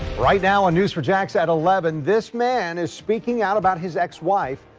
right now on news four jax at eleven this man is speaking out about his ex-wife.